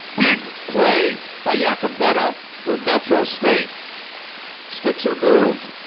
big play by yakavetta for metro state sticks are moved